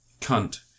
Cunt